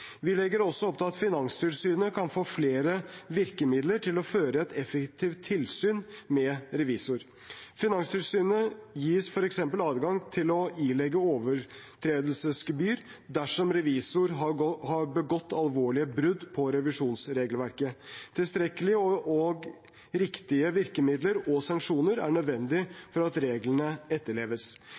Vi legger også opp til at Finanstilsynet kan få flere virkemidler til å føre et effektivt tilsyn med revisorer. Finanstilsynet gis f.eks. adgang til å ilegge overtredelsesgebyr dersom revisor har begått alvorlige brudd på revisjonsregelverket. Tilstrekkelige og riktige virkemidler og sanksjoner er nødvendig for at reglene etterleves.